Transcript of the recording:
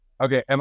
okay